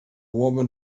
woman